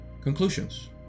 Conclusions